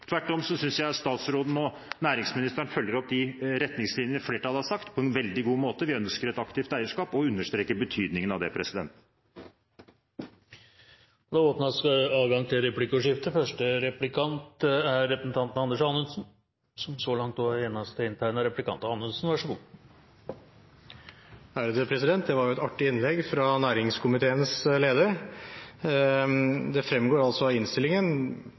Tvert imot synes jeg at statsråden og næringsministeren følger opp de retningslinjer flertallet har satt på en veldig god måte. Vi ønsker et aktivt eierskap og understreker betydningen av det. Det blir åpnet for replikkordskifte. Det var jo et artig innlegg fra næringskomiteens leder. Det fremgår altså av innstillingen to helt konkrete forhold som opposisjonen mener det foreligger brudd på. Det ene er forutsetningen om at aksjonærer skal likebehandles, og det